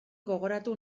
gogoratu